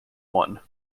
one